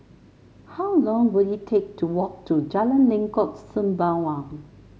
how long will it take to walk to Jalan Lengkok Sembawang